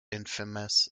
infamous